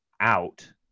out